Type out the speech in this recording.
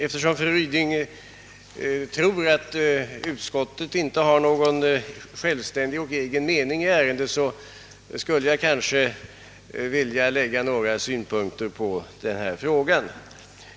Eftersom fru Ryding tror att utskottet inte har någon självständig mening i ärendet skulle jag dock vilja anlägga några synpunkter på denna fråga.